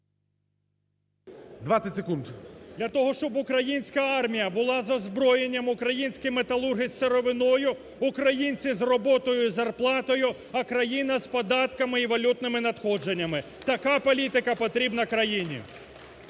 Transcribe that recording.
Для того, щоб українська армія була з озброєнням, українські металурги – з сировиною, українці – з роботою і зарплатою, а країна – з податками і валютними надходженнями. Така політика потрібна країні.